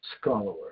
scholar